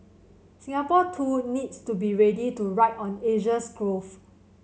Singapore too needs to be ready to ride on Asia's growth